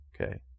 Okay